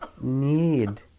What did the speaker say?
need